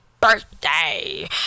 birthday